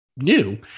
new